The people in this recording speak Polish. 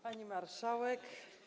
Pani Marszałek!